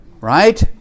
right